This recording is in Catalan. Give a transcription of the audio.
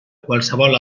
qualsevol